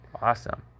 Awesome